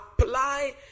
apply